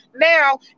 Now